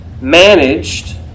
managed